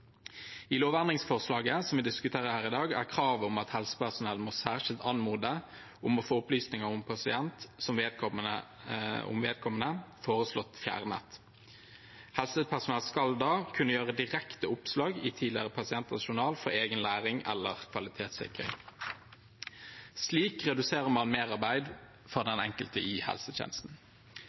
I lovendringsforslaget som vi diskuterer her i dag, er kravet om at helsepersonell særskilt må anmode om å få opplysninger om en pasient, foreslått fjernet. Helsepersonell skal da kunne gjøre direkte oppslag i tidligere pasienters journal for egen læring eller kvalitetssikring. Slik reduserer man merarbeid for den enkelte i helsetjenesten.